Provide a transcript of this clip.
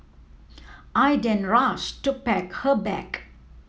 I then rush to pack her bag